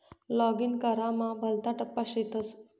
login करामा भलता टप्पा शेतस